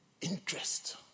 Interest